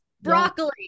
broccoli